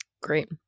Great